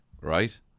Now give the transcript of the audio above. right